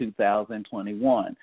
2021